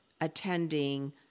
attending